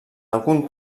algun